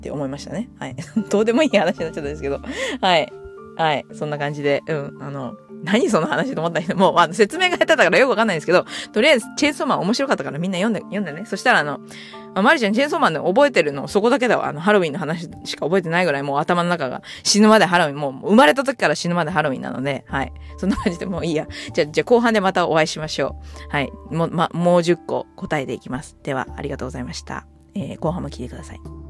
って思いましたね。はい。 どうでもいい話になっちゃったんですけど。はい。はい。そんな感じで。うん。あの、何その話と思った人？もう、まあ、説明が下手だからよくわかんないんですけど、とりあえず、チェーンソーマン面白かったからみんな読んで、読んでね。そしたらあの、あ、まりちゃん、チェーンソーマンで覚えてるの、そこだけだわ。あの、ハロウィンの話しか覚えてないぐらい、もう頭の中が死ぬまでハロウィン、もう生まれた時から死ぬまでハロウィンなので。はい。そんな感じで、もういいや。じゃあ、じゃあ、後半でまたお会いしましょう。はい。もう、ま、もう10個答えていきます。では、ありがとうございました。えー、後半も聞いてください。